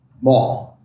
Mall